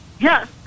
Yes